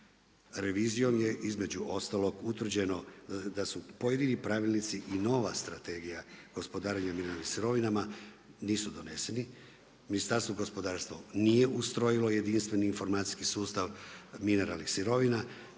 Revizijom je između ostalog utvrđeno da su pojedini pravilnici i nova Strategija gospodarenja mineralnim sirovinama nisu doneseni, Ministarstvo gospodarstva nije ustrojilo jedinstveni informacijski sustav mineralnih sirovina,